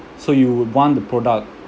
so you would want the product